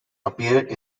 appeared